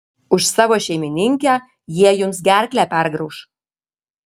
už savo šeimininkę jie jums gerklę pergrauš